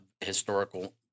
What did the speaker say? historical